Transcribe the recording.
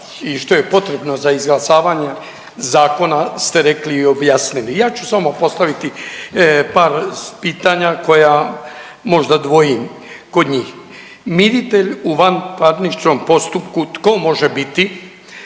i što je potrebno za izglasavanje zakona ste rekli i objasnili. Ja ću samo postaviti par pitanja koja možda dvojim kod njih. Miritelj u vanparničnom postupku, tko može biti?